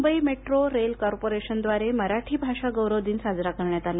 Mumbai metro rail कॉर्पोरेशनद्वारे मराठी भाषा गौरव दिन साजरा करण्यात आला